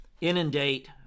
inundate